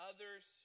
Others